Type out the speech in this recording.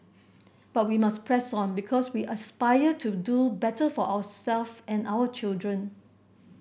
but we must press on because we aspire to do better for ourself and our children